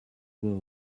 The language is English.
were